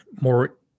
more